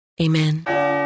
Amen